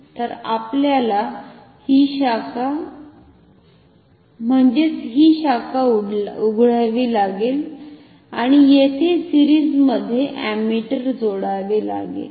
तर आपल्याला ही शाखा उघडावी लागेल आणि येथे सिरिजमध्ये अमीटर जोडावे लागेल